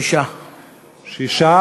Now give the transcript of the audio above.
6. 6,